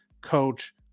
coach